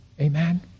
Amen